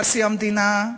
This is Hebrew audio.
נשיא המדינה,